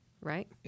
Right